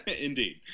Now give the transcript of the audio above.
Indeed